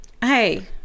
hey